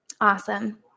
Awesome